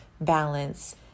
balance